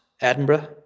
Edinburgh